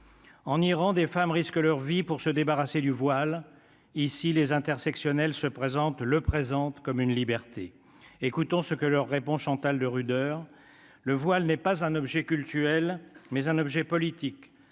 en Iran des femmes risquent leur vie pour se débarrasser du voile ici les intersectionnelle se présente le présente comme une liberté, écoutons ce que leur répond Chantal de heures le voile n'est pas un objet cultuel mais un objet politique,